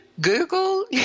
Google